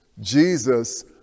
Jesus